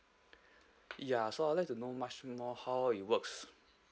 ya so I'd like to know much more how it works